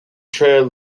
trail